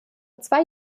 zwei